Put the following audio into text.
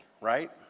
right